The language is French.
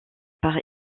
par